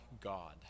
God